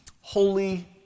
holy